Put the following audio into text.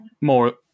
more